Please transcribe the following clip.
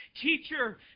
Teacher